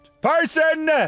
person